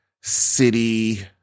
city